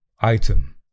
item